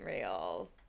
real